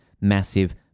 massive